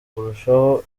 kurushaho